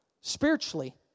Spiritually